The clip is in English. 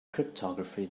cryptography